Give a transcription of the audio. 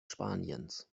spaniens